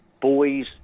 boys